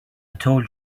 told